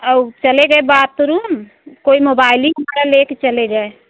और चले गए बाथरूम कोई मोबाइल ही हमारा लेकर चले गए